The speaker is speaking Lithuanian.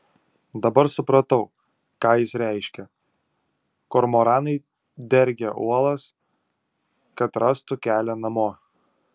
dabar supratau ką jis reiškia kormoranai dergia uolas kad rastų kelią namo